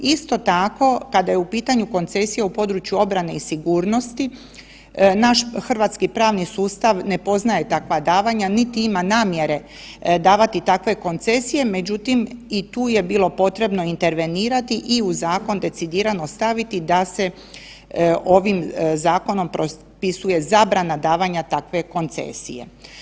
Isto tako kada je u pitanju koncesija u području obrane i sigurnosti, naš hrvatski pravni sustav ne poznaje takva davanja, niti ima namjere davati takve koncesije, međutim i tu je bilo potrebno intervenirati i u zakon decidirano staviti da se ovim zakonom propisuje zabrana davanja takve koncesije.